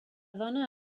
dona